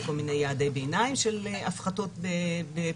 בכל מיני יעדי ביניים של הפחתות בפליטות